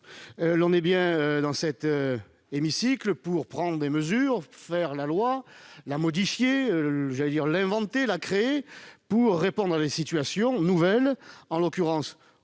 Nous siégeons dans cet hémicycle pour prendre des mesures, faire la loi, la modifier, l'inventer, la créer pour répondre à des situations nouvelles, même complexes